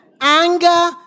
Anger